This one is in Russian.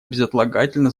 безотлагательно